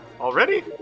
Already